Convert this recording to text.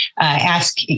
ask